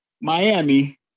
miami